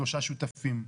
שלושה שותפים?